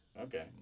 Okay